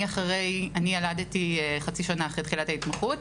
אני ילדתי חצי שנה אחרי תחילת ההתמחות,